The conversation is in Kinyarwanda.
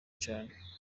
cane